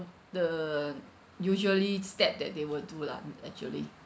the usually step that they will do lah actually